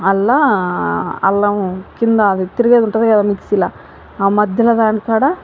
అల్ల అల్లం క్రింద అది తిరిగేది ఉంటుంది కదా మిక్సీలో ఆ మధ్యలో దాని కాడ